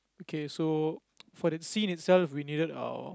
okay so for the scene itself we needed uh